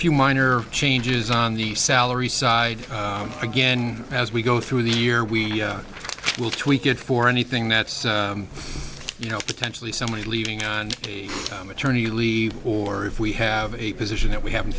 few minor changes on the salary side again as we go through the year we will tweak it for anything that's you know potentially somebody leaving on the maternity leave or if we have a position that we haven't